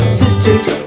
sisters